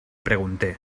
pregunté